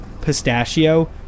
pistachio